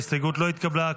ההסתייגות לא התקבלה.